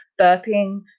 burping